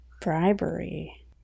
Bribery